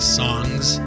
songs